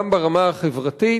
גם ברמה החברתית.